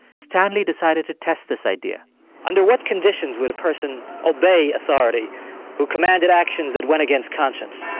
stanley decided to test this idea under what conditions would a person obey authority who commanded actions that went against conscience?